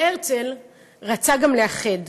אבל הרצל רצה גם לאחד,